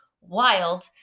wild